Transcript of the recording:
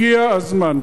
הגיע הזמן.